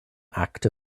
act